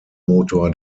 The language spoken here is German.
motor